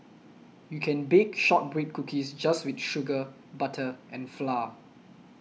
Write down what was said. you can bake Shortbread Cookies just with sugar butter and flour